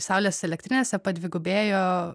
saulės elektrinėse padvigubėjo